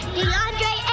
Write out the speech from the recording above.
De'Andre